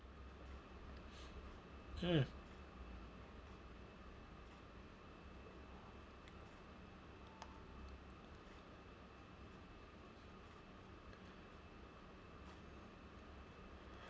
mm